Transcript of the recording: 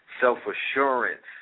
self-assurance